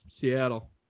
Seattle